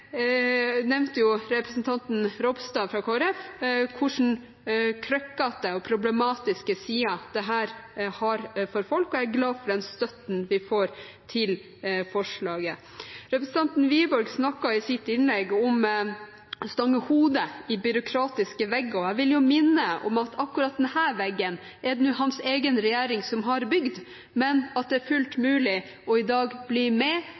problematiske sider dette har for folk, og jeg er glad for den støtten vi får til forslaget. Representanten Wiborg snakket i sitt innlegg om å stange hodet i byråkratiske vegger. Da vil jeg minne om at akkurat denne veggen er det hans egen regjering som har bygd, men at det er fullt mulig i dag å bli med